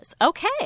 Okay